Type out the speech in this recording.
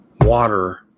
water